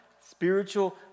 spiritual